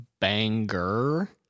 banger